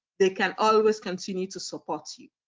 they can always continue to support you.